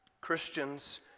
Christians